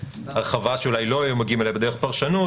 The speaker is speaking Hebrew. הרחבה שלא היו מגיעים אליה בדרך פרשנות,